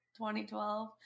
2012